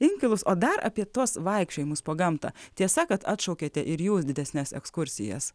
inkilus o dar apie tuos vaikščiojimus po gamtą tiesa kad atšaukėte ir jūs didesnes ekskursijas